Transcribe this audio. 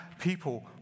people